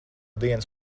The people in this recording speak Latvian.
dienas